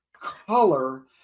color